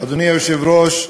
אדוני היושב-ראש,